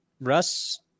Russ